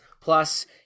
Plus